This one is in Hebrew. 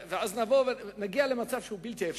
ואז נגיע למצב שהוא בלתי אפשרי.